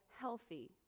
healthy